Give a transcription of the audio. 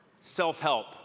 self-help